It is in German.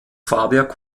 fahrwerk